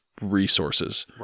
resources